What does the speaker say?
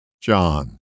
John